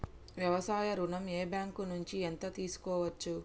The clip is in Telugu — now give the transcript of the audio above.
వ్యవసాయ ఋణం ఏ బ్యాంక్ నుంచి ఎంత తీసుకోవచ్చు?